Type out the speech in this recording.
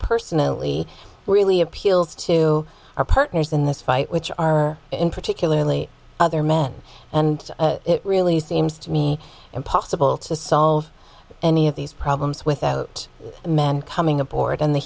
personally really appeals to our partners in this fight which are in particularly other men and it really seems to me impossible to solve any of these problems without men coming aboard